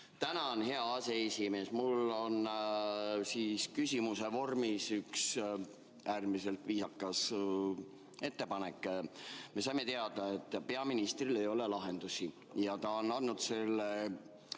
Tänan, hea aseesimees! Mul on küsimuse vormis üks äärmiselt viisakas ettepanek. Me saime teada, et peaministril ei ole lahendusi ja ta on andnud selle